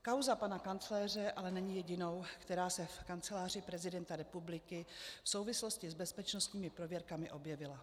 Kauza pana kancléře ale není jedinou, která se v Kanceláři prezidenta republiky v souvislosti s bezpečnostními prověrkami objevila.